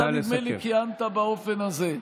אתה, נדמה לי, כיהנת באופן הזה.